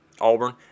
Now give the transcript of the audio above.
Auburn